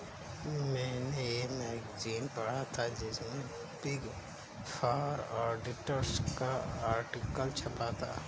मेने ये मैगज़ीन पढ़ा था जिसमे बिग फॉर ऑडिटर्स का आर्टिकल छपा था